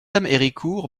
héricourt